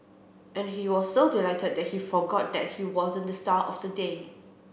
and he was so delighted that he forgot that he wasn't the star of the day